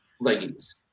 leggings